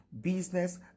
business